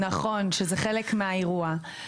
נכון, שזה חלק מהאירוע.